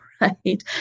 right